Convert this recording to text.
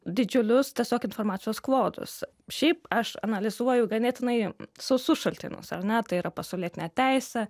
didžiulius tiesiog informacijos klodus šiaip aš analizuoju ganėtinai sausus šaltinius ar ne tai yra pasaulietinė teisė